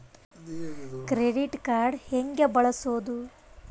Credit card ಹೆಂಗ ಬಳಸೋದು?